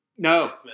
No